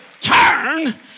turn